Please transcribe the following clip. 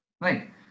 Right